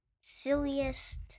silliest